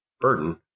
burden